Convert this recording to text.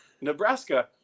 Nebraska